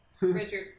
Richard